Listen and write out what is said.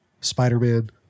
Spider-Man